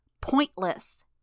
Pointless